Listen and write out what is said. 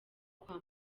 kwa